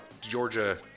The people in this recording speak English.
Georgia